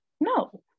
No